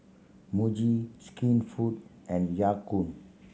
Muji Skinfood and Ya Kun